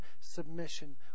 submission